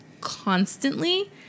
constantly